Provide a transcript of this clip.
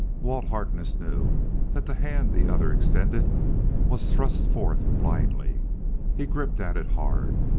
walt harkness knew that the hand the other extended was thrust forth blindly he gripped at it hard,